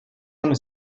man